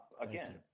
again